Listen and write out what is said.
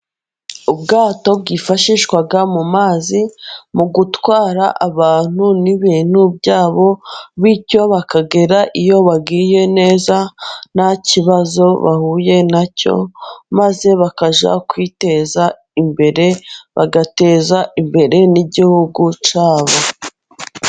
Ubwato bwifashishwa mu mazi mu gutwara abantu n'ibintu byabo, bityo bakagera iyo bagiye neza nta kibazo bahuye nacyo, maze bakajya kwiteza imbere bagateza imbere n'igihugu cyabo.